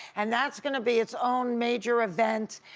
and that's gonna be its own major event,